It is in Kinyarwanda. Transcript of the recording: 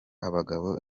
abagabo